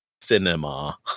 cinema